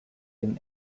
dem